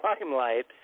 limelight